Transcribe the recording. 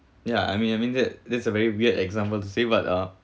ya I mean I mean that that's a very weird example to say but uh